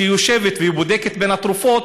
שיושבת ובודקת את התרופות,